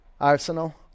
arsenal